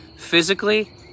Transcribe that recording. Physically